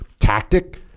tactic